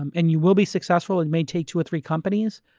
um and you will be successful. it may take two or three companies.